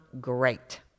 great